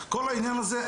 כל העניין הזה.